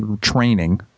training